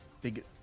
big